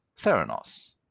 Theranos